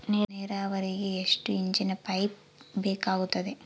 ನೇರಾವರಿಗೆ ಎಷ್ಟು ಇಂಚಿನ ಪೈಪ್ ಬೇಕಾಗುತ್ತದೆ?